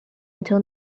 until